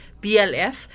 BLF